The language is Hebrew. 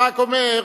אתה רק אומר,